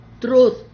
truth